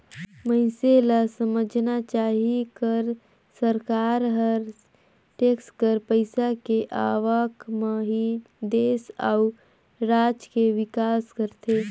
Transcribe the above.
मइनसे ल समझना चाही कर सरकार हर टेक्स कर पइसा के आवक म ही देस अउ राज के बिकास करथे